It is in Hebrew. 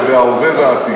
לגבי ההווה והעתיד.